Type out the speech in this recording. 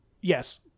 Yes